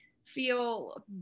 Feel